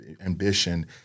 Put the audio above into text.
ambition